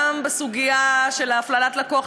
גם בסוגיה של הפללת לקוח,